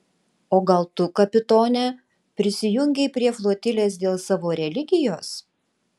o gal tu kapitone prisijungei prie flotilės dėl savo religijos